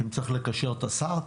אם צריך לקשר את השר,